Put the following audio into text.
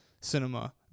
cinema